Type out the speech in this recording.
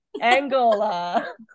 angola